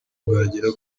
bwagera